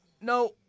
No